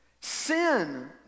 Sin